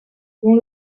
dont